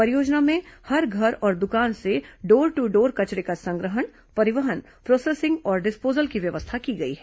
परियोजना में हर घर और दुकान से डोर टू डोर कचरे का संग्रहण परिवहन प्रोसेसिंग और डिस्पोजल की व्यवस्था की गई है